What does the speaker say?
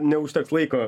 neužteks laiko